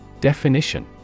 Definition